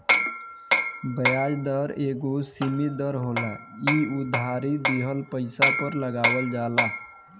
ब्याज दर एगो सीमित दर होला इ उधारी दिहल पइसा पर लगावल जाला